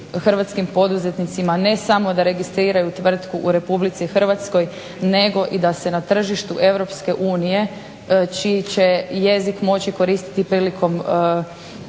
hrvatskim poduzetnicima ne samo da registriraju tvrtku u Republici Hrvatskoj nego i da se na tržištu Europske unije čiji će jezik moći koristiti prilikom